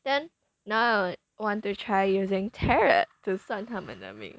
then now I wa~ want to try using tarot to 算他们的命